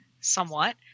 somewhat